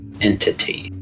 entity